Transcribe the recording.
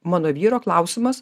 mano vyro klausimas